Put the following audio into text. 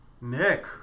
Nick